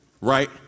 right